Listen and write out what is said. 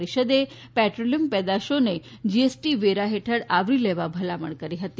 પરિષદે પ્રેટ્રોલિયમ પેદોશોને જીએસટી વેરા હેઠળ આવરી લેવા ભલામણ કરી હતી